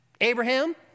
Abraham